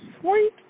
sweet